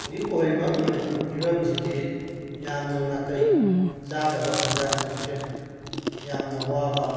ꯍꯧꯖꯤꯛ ꯑꯣꯏꯔꯤꯕ ꯃꯅꯤꯄꯨꯔ ꯐꯤꯕꯝꯁꯤꯗꯤ ꯌꯥꯝꯅ ꯅꯥꯇꯩ ꯆꯥꯗꯕ ꯄ꯭ꯔꯖꯥꯁꯤꯡꯁꯦ ꯌꯥꯝꯅ ꯋꯥꯕ